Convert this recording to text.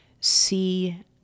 see